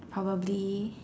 probably